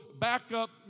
backup